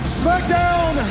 SmackDown